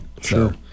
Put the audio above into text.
sure